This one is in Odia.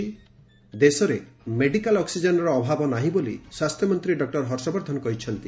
ଦେଶରେ ମେଡିକାଲ୍ ଅକ୍ଟିଜେନ୍ର ଅଭାବ ନାହିଁ ବୋଲି ସ୍ୱାସ୍ଥ୍ୟମନ୍ତ୍ରୀ ଡକ୍ୱର ହର୍ଷବର୍ଦ୍ଧନ କହିଛନ୍ତି